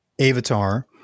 avatar